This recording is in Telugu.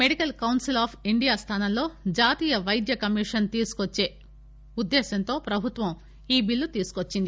మెడికల్ కౌన్సిల్ ఆఫ్ ఇండియా స్థానంలో జాతీయ వైద్య కమిషన్ తీసుకువచ్చే ఉద్దేశంతో ప్రభుత్వం ఈ బిల్లు తీసుకువచ్చింది